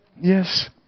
Yes